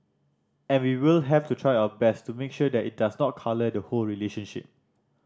and we will have to try our best to make sure that it does not colour the whole relationship